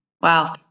Wow